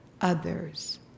others